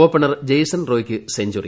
opener Jason റോയ്ക്ക് century